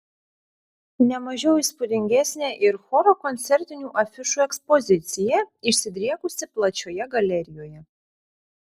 ne mažiau įspūdingesnė ir choro koncertinių afišų ekspozicija išsidriekusi plačioje galerijoje